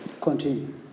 Continue